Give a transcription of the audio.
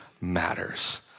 matters